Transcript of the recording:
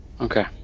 okay